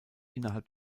innerhalb